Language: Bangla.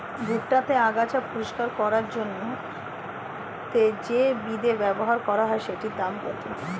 ভুট্টা তে আগাছা পরিষ্কার করার জন্য তে যে বিদে ব্যবহার করা হয় সেটির দাম কত?